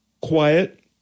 Quiet